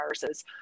viruses